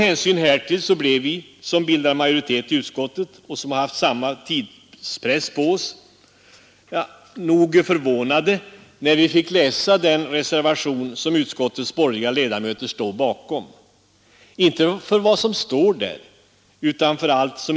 Det har vi inte gjort.